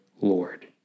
Lord